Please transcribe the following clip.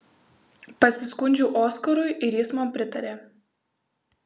pasiskundžiau oskarui ir jis man pritarė